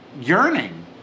yearning